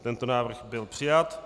Tento návrh byl přijat.